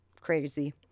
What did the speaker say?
crazy